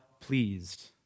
pleased